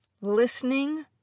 Listening